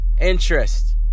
interest